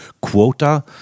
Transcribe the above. quota